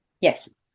Yes